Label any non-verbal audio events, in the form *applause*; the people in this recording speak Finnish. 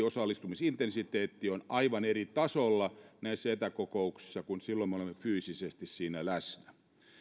*unintelligible* osallistumisintensiteetti on aivan eri tasolla näissä etäkokouksissa kuin silloin kun olemme fyysisesti siinä läsnä